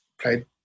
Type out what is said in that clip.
played